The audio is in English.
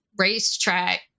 racetrack